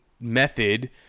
method